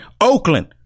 Oakland